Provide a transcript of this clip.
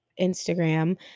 Instagram